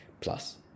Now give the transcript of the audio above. plus